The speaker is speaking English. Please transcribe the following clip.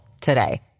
today